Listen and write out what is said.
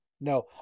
No